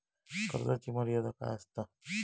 कर्जाची मर्यादा काय असता?